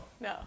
No